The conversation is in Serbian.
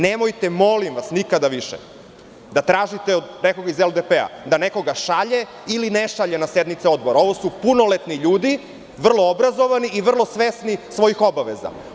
Nemojte molim vas nikada više da tražite od nekog iz LDP da nekoga šalje ili ne šalje na sednice Odbora, ovo su punoletni ljudi, vrlo obrazovani i vrlo svesni svojih obaveza.